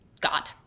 god